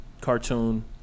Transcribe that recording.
cartoon